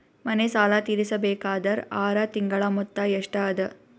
ಮನೆ ಸಾಲ ತೀರಸಬೇಕಾದರ್ ಆರ ತಿಂಗಳ ಮೊತ್ತ ಎಷ್ಟ ಅದ?